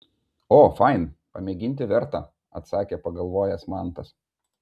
o fain pamėginti verta atsakė pagalvojęs mantas